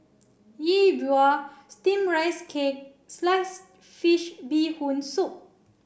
Yi Bua steamed rice cake sliced fish bee hoon soup